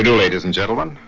and ladies and gentlemen?